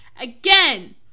Again